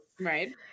Right